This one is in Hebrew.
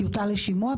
טיוטה לשימוע,